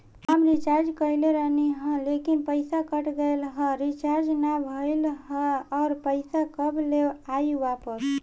हम रीचार्ज कईले रहनी ह लेकिन पईसा कट गएल ह रीचार्ज ना भइल ह और पईसा कब ले आईवापस?